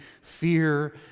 fear